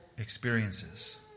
Experiences